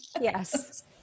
Yes